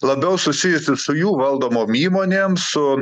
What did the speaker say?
labiau susijusi su jų valdomom įmonėm su